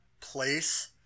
place